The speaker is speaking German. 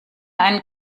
einen